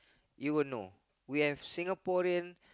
you won't know we have Singaporean